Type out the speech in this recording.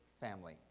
family